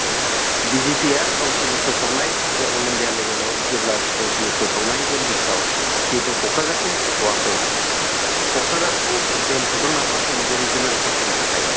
बिजेपिआ गावसोरनि फोसावनाय बे अल इण्डिया लेभेलाव जेब्ला गावसोरनि फोसावनाय बे लिस्टआव जिहेथु क'क्राझारखौ मख'थ'वाखै क'क्राझारखौ दोनथ'दों नामा जोंनि बे रिजोनेल पार्टिनि थाखाय